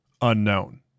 unknown